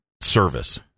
service